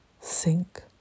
sink